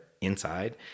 inside